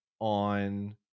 on